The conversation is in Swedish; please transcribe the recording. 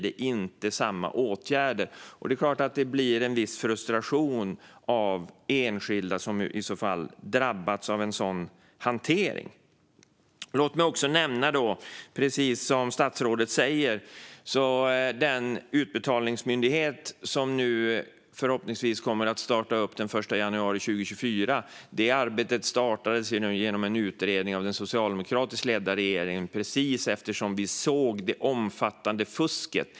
Det är klart att det blir en viss frustration för enskilda som drabbas av en sådan hantering. Statsrådet nämner den utbetalningsmyndighet som förhoppningsvis kommer att starta den 1 januari 2024. Det arbetet startade genom en utredning av den socialdemokratiskt ledda regeringen eftersom vi såg det omfattande fusket.